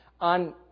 On